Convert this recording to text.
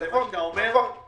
זה מה שאתה אומר?